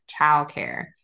childcare